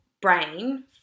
brain